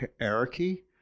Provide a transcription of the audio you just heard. hierarchy